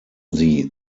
sie